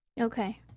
Okay